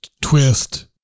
twist